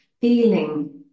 feeling